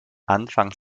anfang